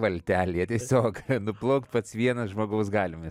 valtelėje tiesiog nuplaukt pats vienas žmogaus galiomis